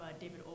David